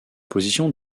position